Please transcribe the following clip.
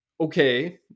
Okay